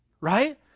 right